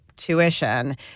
Tuition